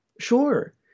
Sure